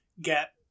get